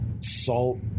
salt